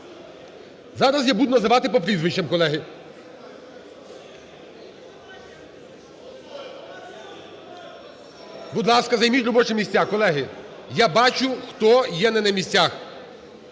Зараз я буду називати по прізвищах, колеги. (Шум у залі) Будь ласка, займіть робочі місця, колеги! Я бачу, хто є не на місцях.